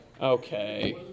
Okay